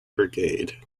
brigade